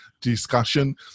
discussion